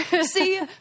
See